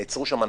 לא ניכנס לזה.